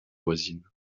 voisines